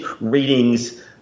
ratings